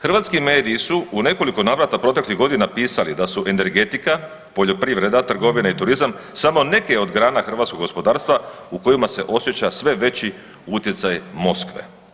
Hrvatski mediji su u nekoliko navrata proteklih godina pisali da su energetika, poljoprivreda, trgovina i turizam samo neke od grana hrvatskog gospodarstva u kojima se osjeća sve veći utjecaj Moskve.